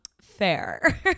fair